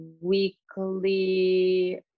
weekly